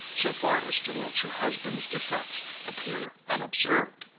so far as to let your husband's defects appear unobserved.